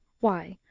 why,